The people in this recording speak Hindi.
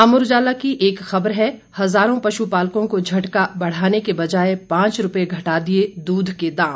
अमर उजाला की एक खबर है हजारों पशुपालकों को झटका बढ़ाने के बजाय पांच रूपये घटा दिए दूध के दाम